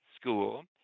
school